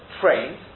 trained